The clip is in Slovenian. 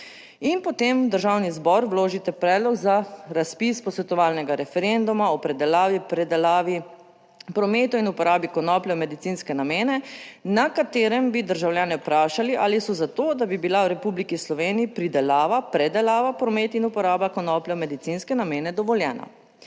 In potem v Državni zbor vložite predlog za razpis posvetovalnega referenduma o pridelavi, predelavi prometu in uporabi konoplje v medicinske namene, na katerem bi državljane vprašali ali so za to, da bi bila v Republiki Sloveniji pridelava, predelava, promet in uporaba konoplje v medicinske namene dovoljena.